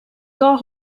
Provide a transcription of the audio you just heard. car